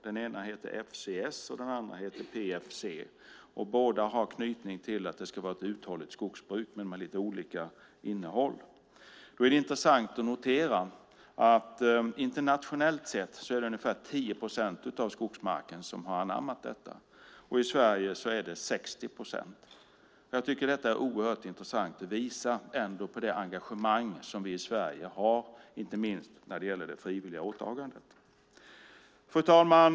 Den ena heter FSC, och den andra heter PEFC. Båda har knytning till att det ska vara ett uthålligt skogsbruk, men det är lite olika innehåll. Då är det intressant att notera att internationellt sett har man anammat detta när det gäller ungefär 10 procent av skogsmarken, och i Sverige är det 60 procent. Jag tycker att detta är oerhört intressant. Det visar ändå på det engagemang som vi i Sverige har, inte minst när det gäller det frivilliga åtagandet. Fru talman!